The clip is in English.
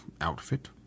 outfit